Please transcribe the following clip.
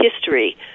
history